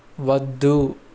వద్దు